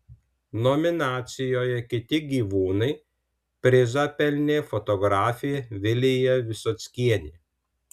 nominacijoje kiti gyvūnai prizą pelnė fotografė vilija visockienė